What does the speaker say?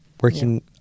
working